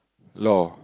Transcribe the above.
loh